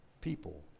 people